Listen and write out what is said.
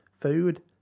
food